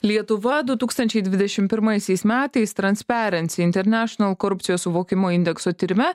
lietuva du tūkstančiai dvidešim pirmaisiais metais transparency international korupcijos suvokimo indekso tyrime